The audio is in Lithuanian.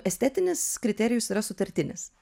estetinis kriterijus yra sutartinis